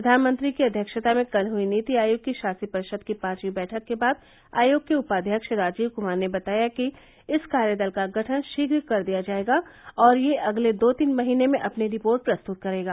प्रधानमंत्री की अध्यक्षता में कल हुई नीति आयोग की शासी परिषद की पांचवी बैठक के बाद आयोग के उपाध्यक्ष राजीव कुमार ने बताया कि इस कार्यदल का गठन शीघ्र कर दिया जाएगा और यह अगले दो तीन महीने में अपनी रिपोर्ट प्रस्तुत करेगा